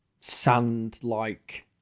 sand-like